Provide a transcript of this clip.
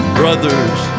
brothers